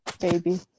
Baby